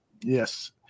Yes